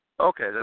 Okay